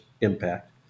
impact